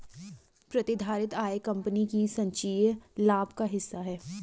प्रतिधारित आय कंपनी के संचयी लाभ का हिस्सा है